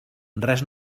res